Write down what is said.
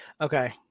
Okay